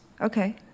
Okay